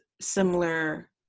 similar